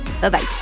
Bye-bye